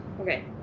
okay